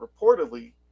reportedly